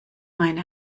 meine